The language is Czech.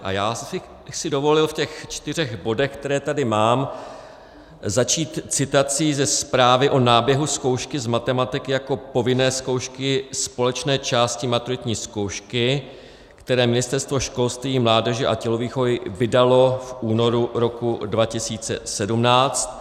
A já bych si dovolil v těch čtyřech bodech, které tady mám, začít citací ze zprávy o náběhu zkoušky z matematiky jako povinné zkoušky společné části maturitní zkoušky, které Ministerstvo školství, mládeže a tělovýchovy vydalo v únoru roku 2017.